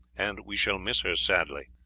and we shall miss her sadly.